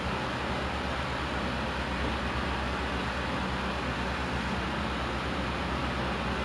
so I took O O level art two times ah the first time like I did it then I took it again in secondary five